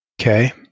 Okay